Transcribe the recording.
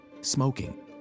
smoking